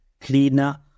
cleaner